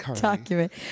document